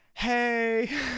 Hey